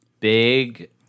Big